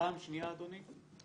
פעם שנייה אדוני,